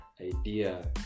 idea